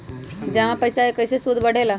जमा पईसा के कइसे सूद बढे ला?